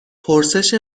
پرسش